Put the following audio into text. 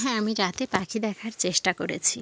হ্যাঁ আমি রাতে পাখি দেখার চেষ্টা করেছি